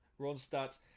Ronstadt